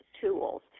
Tools